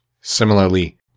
Similarly